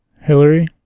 Hillary